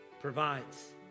provides